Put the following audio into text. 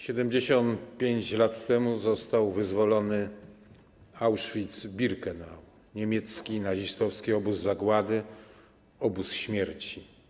75 lat temu został wyzwolony Auschwitz-Birkenau, niemiecki, nazistowski obóz zagłady, obóz śmierci.